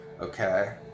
okay